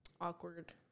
awkward